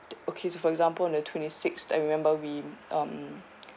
okay for example on the twenty sixth I remember we um